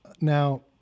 Now